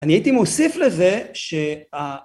אני הייתי מוסיף לזה